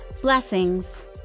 Blessings